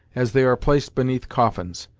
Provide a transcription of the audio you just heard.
as they are placed beneath coffins,